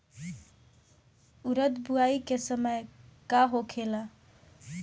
उरद बुआई के समय का होखेला?